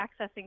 accessing